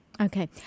Okay